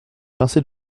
pincée